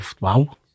Wow